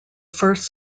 first